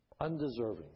undeserving